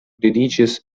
dediĉis